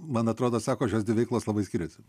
man atrodo sako šios dvi veiklos labai skiriasi